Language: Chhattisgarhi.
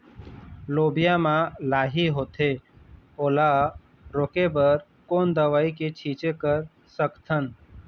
लोबिया मा लाही होथे ओला रोके बर कोन दवई के छीचें कर सकथन?